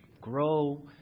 grow